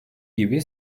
gibi